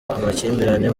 amakimbirane